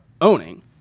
owning